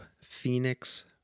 phoenix